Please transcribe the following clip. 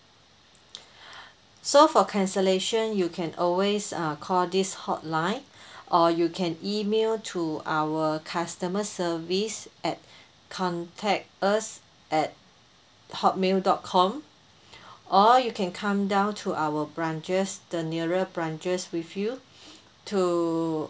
so for cancellation you can always uh call this hotline or you can email to our customer service at contact us at hotmail dot com or you can come down to our branches the nearest branches with you to